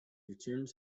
returned